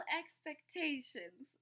expectations